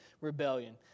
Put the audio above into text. rebellion